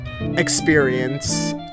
experience